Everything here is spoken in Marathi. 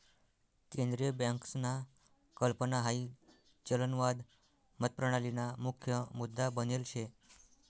केंद्रीय बँकसना कल्पना हाई चलनवाद मतप्रणालीना मुख्य मुद्दा बनेल शे